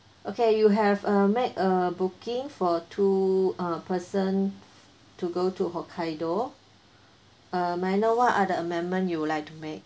okay you have uh make a booking for two uh person to go to hokkaido uh may I know what are the amendment you would like to make